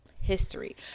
history